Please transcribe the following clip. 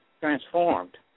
transformed